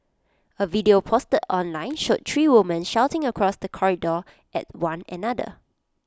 A video posted online showed three women shouting across the corridor at one another